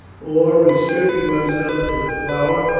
or, restricting myself to the flower,